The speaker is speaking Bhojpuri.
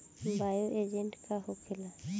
बायो एजेंट का होखेला?